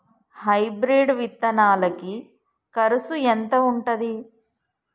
Hybrid విత్తనాలకి కరుసు ఎంత ఉంటది?